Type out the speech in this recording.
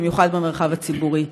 במיוחד במרחב הציבורי.